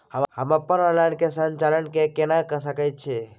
हम अपन खाता के ऑनलाइन संचालन केना के सकै छी?